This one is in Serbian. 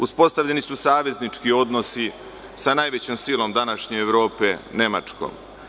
Uspostavljeni su saveznički odnosi sa najvećom silom današnje Evrope – Nemačkom.